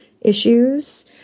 issues